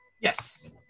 Yes